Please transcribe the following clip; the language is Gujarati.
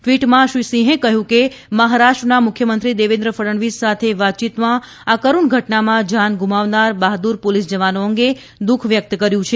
ટ્વીટમાં શ્રી સિંહે કહ્યું કે મહારાષ્ટ્રના મુખ્યમંત્રી દેવેન્દ્ર ફડણવીસ સાથે વાતચીતમાં આ કરૂણ ઘટનામાં જાન ગુમાવનાર બહાદુર પોલીસ જવાનો અંગે દુઃખ વ્યક્ત કર્યુ છે